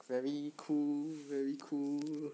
very cool very cool